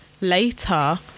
later